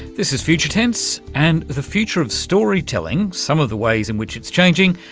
this is future tense, and the future of storytelling, some of the ways in which it's changing,